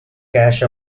cash